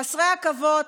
חסרי עכבות,